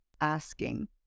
asking